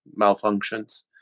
malfunctions